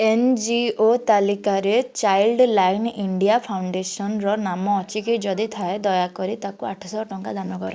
N G O ତାଲିକାରେ Childline India ଫାଉଣ୍ଡେସନ୍ର ନାମ ଅଛିକି ଯଦି ଥାଏ ଦୟାକରି ତାକୁ ଆଠଶହ ଟଙ୍କା ଦାନ କର